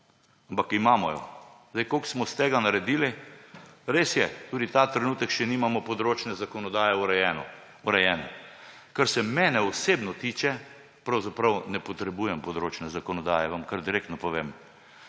Ampak imamo jo. Koliko smo iz tega naredili? Res je, ta trenutek še nimamo urejene področne zakonodaje. Kar se mene osebno tiče, pravzaprav ne potrebujem področne zakonodaje, vam kar direktno povem.